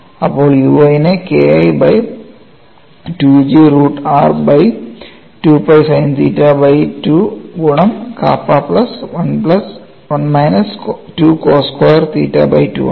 അപ്പോൾ uy നെ KI by 2 G root r by 2 pi sine theta by 2 ഗുണം kappa plus 1മൈനസ് 2 cos square theta by 2 ആണ്